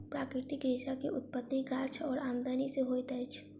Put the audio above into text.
प्राकृतिक रेशा के उत्पत्ति गाछ और आदमी से होइत अछि